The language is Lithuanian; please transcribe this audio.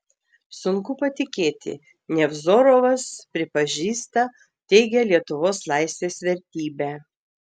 sunku patikėti nevzorovas pripažįsta teigia lietuvos laisvės vertybę